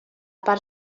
part